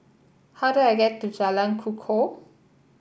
how do I get to Jalan Kukoh